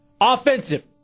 Offensive